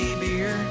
beer